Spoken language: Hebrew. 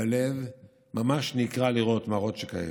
הלב ממש נקרע לראות מראות שכאלה.